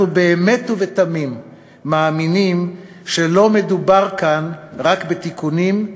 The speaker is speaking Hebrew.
אנחנו באמת ובתמים מאמינים שלא מדובר כאן רק בתיקונים,